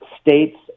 states